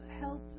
help